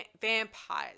Vampires